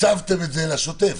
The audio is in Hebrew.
תקצבתם את זה לשוטף,